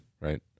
right